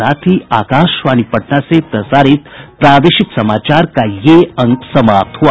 इसके साथ ही आकाशवाणी पटना से प्रसारित प्रादेशिक समाचार का ये अंक समाप्त हुआ